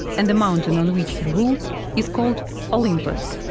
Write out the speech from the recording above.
and the mountain on which he rules is called olympus.